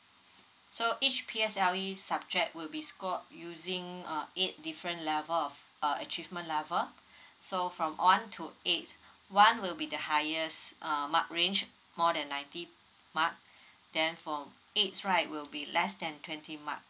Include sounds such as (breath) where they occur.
so each P_S_L_E subject will be scored using uh eight different level of uh achievement level (breath) so from one to eight (breath) one will be the highest uh mark range more than ninety mark (breath) then from eight right will be less than twenty mark